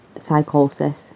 psychosis